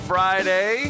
Friday